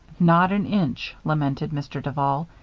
not an inch, lamented mr. duval.